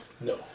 No